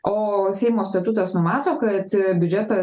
o seimo statutas numato kad biudžeto